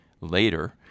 later